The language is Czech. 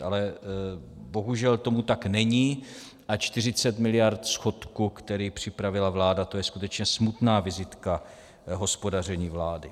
Ale bohužel tomu tak není a 40 mld. schodku, který připravila vláda, to je skutečně smutná vizitka hospodaření vlády.